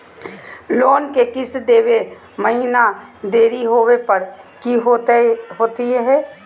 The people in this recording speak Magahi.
लोन के किस्त देवे महिना देरी होवे पर की होतही हे?